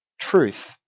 truth